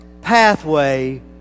pathway